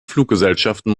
fluggesellschaften